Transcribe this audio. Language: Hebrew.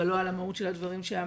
אבל לא על המהות של הדברים שאמרתי